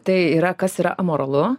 tai yra kas yra amoralu